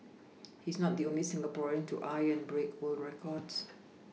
he is not the only Singaporean to eye and break world records